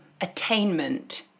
attainment